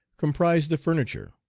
comprise the furniture.